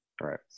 Right